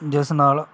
ਜਿਸ ਨਾਲ